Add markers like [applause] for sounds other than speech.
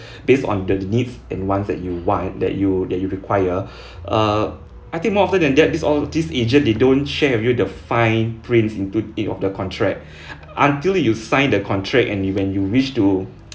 [breath] based on the needs and wants that you want that you that you require [breath] err I think more often than that this all this agent they don't share with you the fine print into it of the contract until you sign the contract and you when you wish to [noise]